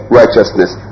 righteousness